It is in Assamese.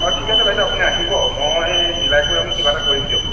বাৰু ঠিক আছে বাইদেউ আপুনি আহিব মই মিলাই কৰি আপুনি কিবা এটা কৰিম দিয়ক